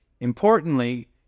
Importantly